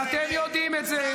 ואתם יודעים את זה.